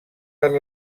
per